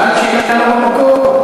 שאלת שאלה לא במקום.